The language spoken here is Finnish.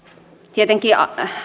tietenkin